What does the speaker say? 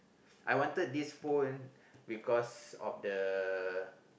I wanted this phone because of the